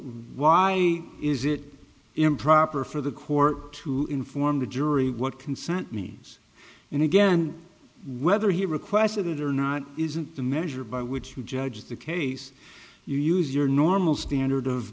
why is it improper for the court to inform the jury what consent means and again whether he requested it or not isn't the measure by which you judge the case you use your normal standard of